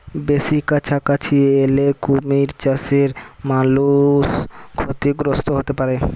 বেসি কাছাকাছি এলে কুমির চাসে মালুষ ক্ষতিগ্রস্ত হ্যতে পারে